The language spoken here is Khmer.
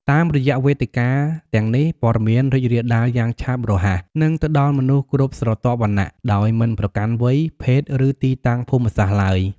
តាមរយៈវេទិកាទាំងនេះ ព័ត៌មានរីករាលដាលយ៉ាងឆាប់រហ័ស និងទៅដល់មនុស្សគ្រប់ស្រទាប់វណ្ណៈ ដោយមិនប្រកាន់វ័យ ភេទ ឬទីតាំងភូមិសាស្ត្រឡើយ។